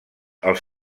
els